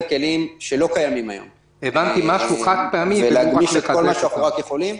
כלים שלא קיימים היום ולהגמיש את כל מה שאנחנו רק יכולים.